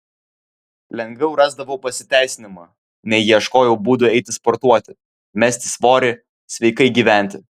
lengviau rasdavau pasiteisinimą nei ieškojau būdų eiti sportuoti mesti svorį sveikai gyventi